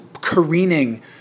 careening